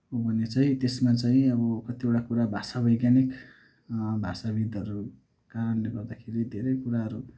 भने चाहिँ त्यसमा चाहिँ अब कतिवटा कुरा भाषा वैज्ञानिक भाषाविद्हरू कारणले गर्दाखेरि धेरै कुराहरू